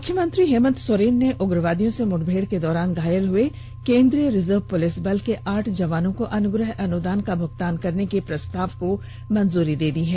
मुख्यमंत्री हेमंत सोरेन ने उग्रवादियों से मुठभेड़ के दौरान घायल हुए केंद्रीय रिजर्व पुलिस बल के आठ जवानों को अनुग्रह अनुदान का भूगतान करने के प्रस्ताव को मंजूरी दे दी है